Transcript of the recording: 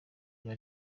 vya